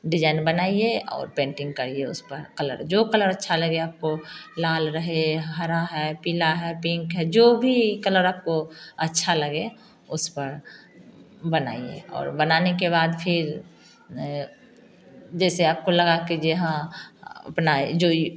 design बनाएं और painting करें उस पर कलर जो कलर अच्छा लगेगा आपको लाल रहे हरा है पीला है पिंक है जो भी कलर आपको अच्छा लगे उस पर बनाएं और बनाने के बाद फिर जैसे आपको लगा के जो हाँ अपना जो